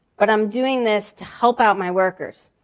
but i'm doing this to help out my workers.